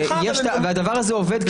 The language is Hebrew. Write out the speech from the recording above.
והדבר הזה עובד,